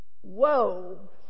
Whoa